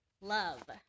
love